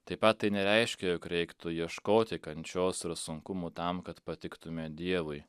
taip pat tai nereiškia jog reiktų ieškoti kančios ir sunkumų tam kad patiktume dievui